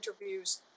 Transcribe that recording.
interviews